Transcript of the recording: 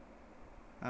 uh